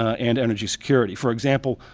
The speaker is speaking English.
and energy security. for example,